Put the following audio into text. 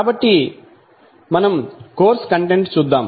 కాబట్టి మనం course content చూద్దాం